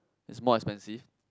is more expensive